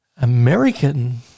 American